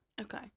Okay